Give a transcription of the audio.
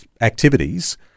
activities